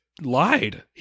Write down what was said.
lied